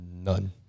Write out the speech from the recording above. None